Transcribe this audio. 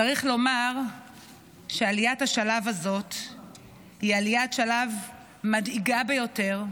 צריך לומר שעליית השלב הזאת היא עליית שלב מדאיגה ביותר,